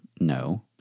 No